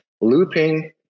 looping